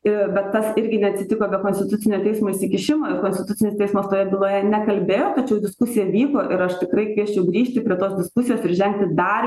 ir bet tas irgi neatsitiko be konstitucinio teismo įsikišimo ir konstitucinis teismas toje byloje nekalbėjo tačiau diskusija vyko ir aš tikrai kviesčiau grįžti prie tos diskusijos ir žengti dar